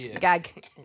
Gag